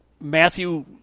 Matthew